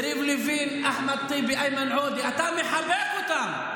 יריב לוין, אחמד טיבי, איימן עודה, אתה מחבק אותם.